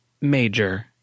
Major